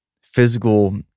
physical